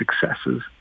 successes